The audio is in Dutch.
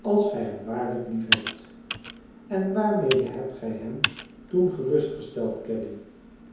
als gij hem waarlijk liefhebt en waarmede hebt gij hem toen gerustgesteld caddy